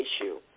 issue